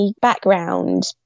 background